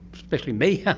especially me,